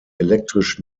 elektrisch